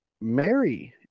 Mary